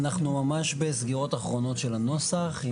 אנחנו ממש בסגירות אחרונות של הנוסח.